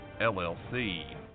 LLC